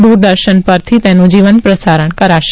દુરદર્શન પરથી તેનું જીવંતપ્રસારણ કરાશે